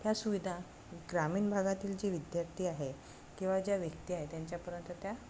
त्या सुविधा ग्रामीण भागातील जे विद्यार्थी आहे किंवा ज्या व्यक्ती आहे त्यांच्यापर्यंत त्या